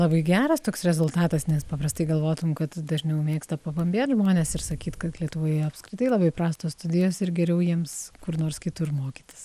labai geras toks rezultatas nes paprastai galvotum kad dažniau mėgsta pabambėt žmonės ir sakyt kad lietuvoje apskritai labai prastos studijos ir geriau jiems kur nors kitur mokytis